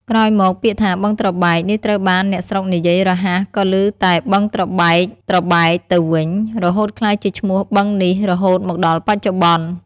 ក្រោយមក ពាក្យថា "បឹងត្រង់បែក" នេះត្រូវបានអ្នកស្រុកនិយាយរហ័ស ក៏ឮតែ "បឹងត្របែក"ៗ ទៅវិញ រហូតក្លាយជាឈ្មោះបឹងនេះរហូតមកដល់បច្ចុប្បន្ន។